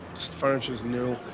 furniture's new.